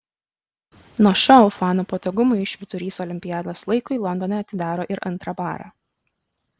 nuo šiol fanų patogumui švyturys olimpiados laikui londone atidaro ir antrą barą